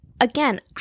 Again